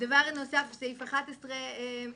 דבר נוסף, סעיף 11(ב)(1):